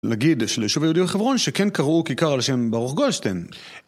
לגיד שלישוב היהודי רחברון שכן קראו כיכר על שם ברוך גולדשטיין